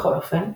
בכל אופן,